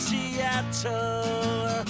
Seattle